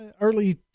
early